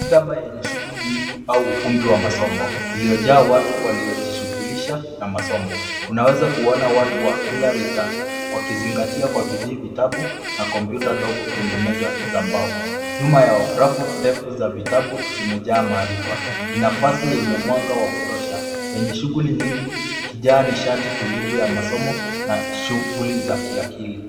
Maktaba yenye shughuli nyingi au ukumbi wa masomo iliyojaa watu waliojishughulisha na masomo. Unaweza kuona watu wa kila rika wakizingatia kwa bidii vitabu na kompyuta dogo kwenye meza za mbao. Nyuma yao, rafu ndefu za vitabu zimejaa maarifa. Ni nafasi yenye mwanga wa kutosha yenye shughuli nyingi ikijaa nishati tulivu ya masomo na shughuli za kiakili.